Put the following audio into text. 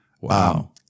Wow